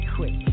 Quick